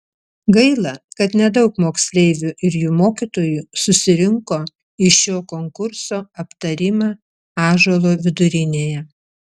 gaila kad nedaug moksleivių ir jų mokytojų susirinko į šio konkurso aptarimą ąžuolo vidurinėje